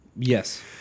Yes